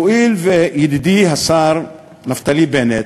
הואיל וידידי השר נפתלי בנט,